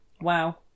wow